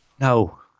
No